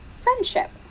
friendship